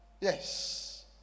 Yes